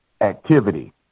activity